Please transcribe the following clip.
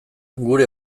gure